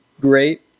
great